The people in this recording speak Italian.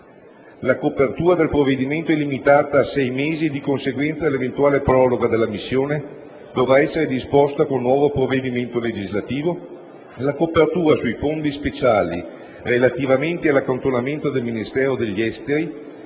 la copertura del provvedimento è limitata a sei mesi e, di conseguenza, l'eventuale proroga della missione dovrà essere disposta con un nuovo provvedimento legislativo; * la copertura sui fondi speciali relativamente all'accantonamento del Ministero degli esteri,